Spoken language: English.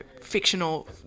fictional